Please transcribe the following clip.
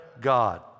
God